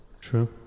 True